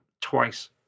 twice